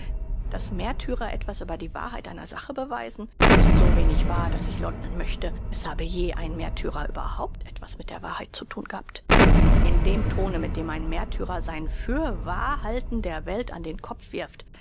daß märtyrer etwas für die wahrheit einer sache beweisen ist so wenig wahr daß ich leugnen möchte es habe je ein märtyrer überhaupt etwas mit der wahrheit zu thun gehabt in dem tone mit dem ein märtyrer sein für wahr halten der welt an den kopf wirft